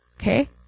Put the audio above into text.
Okay